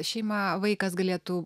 šeima vaikas galėtų